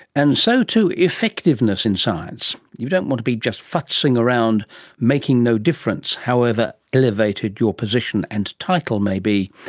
and so to effectiveness in science. you don't want to be just fussing around making no difference, however elevated your position and title may be.